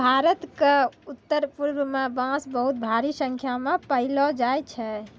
भारत क उत्तरपूर्व म बांस बहुत भारी संख्या म पयलो जाय छै